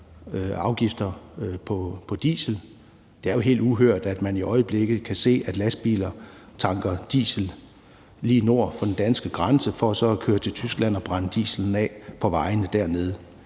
afgifter på diesel. Det er jo helt uhørt, at man i øjeblikket kan se, at lastbiler tanker diesel lige nord for den danske grænse for så at køre til Tyskland og brænde dieselen af på vejene dernede.